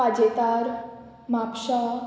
पाजेदार म्हापशा